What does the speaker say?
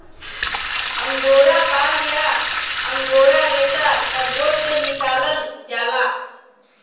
angora बाल या angora रेसा खरगोस से निकालल जाला